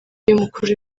y’umukuru